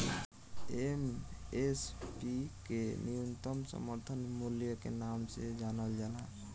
MSP के न्यूनतम समर्थन मूल्य के नाम से जानल जाला